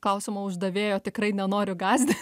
klausimo uždavėjo tikrai nenoriu gąsdinti